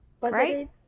Right